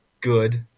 good